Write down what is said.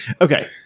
Okay